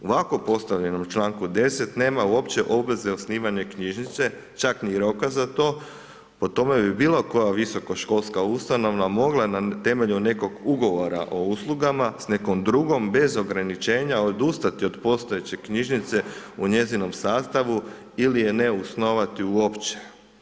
U ovako postavljenom članku 10. nema uopće obveze osnivanja knjižnice, čak ni roka za, po tome bi bilo koja visokoškolska ustanova mogla na temelju nekog ugovora o uslugama s nekom drugom bez ograničenja odustati od postojeće knjižnice u njezinom sastavu ili je ne osnovati uopće.